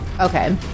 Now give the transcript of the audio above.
Okay